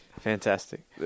Fantastic